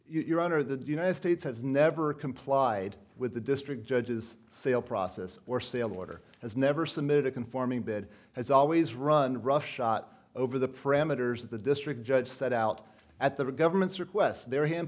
your honor the united states has never complied with the district judges sale process or sale order has never submitted conforming bed has always run roughshod over the parameters of the district judge set out at the government's request their